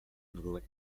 noruec